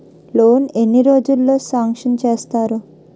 Loan ఎన్ని రోజుల్లో sanction చేస్తారు?